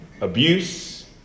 abuse